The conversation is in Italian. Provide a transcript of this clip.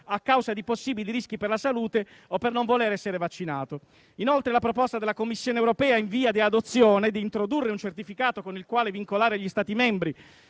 a causa di possibili rischi per la salute o per non voler essere vaccinato;"*); inoltre, la proposta della Commissione Europea - in via di adozione - di introdurre un certificato con il quale vincolare gli Stati Membri